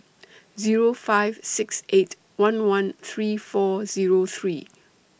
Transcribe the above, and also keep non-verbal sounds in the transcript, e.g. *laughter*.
*noise* Zero five six eight one one three four Zero three